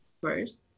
first